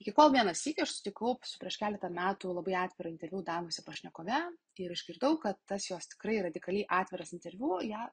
iki kol vieną sykį aš susitikau su prieš keletą metų labai atvirą interviu davusia pašnekove ir išgirdau kad tas jos tikrai radikaliai atviras interviu ją